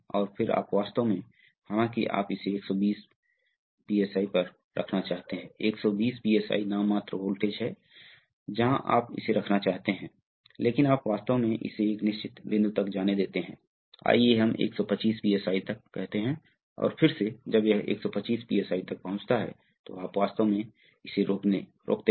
तो फिर से स्लीव की इस गति की सापेक्ष गति स्पूल के सापेक्ष गति को अशक्त कर देगी जो कि करंट द्वारा बनाई गई थी इसलिए फिर से एक निश्चित पोजीशन में एक निश्चित एक निश्चित अंतराल पर फिर से पीसी2 PC2 हो जाएगी इसलिए अब जब यह पल में पीसी2 PC2 हो जाता है इस पर कोई बल नहीं है और यह रुक जाएगा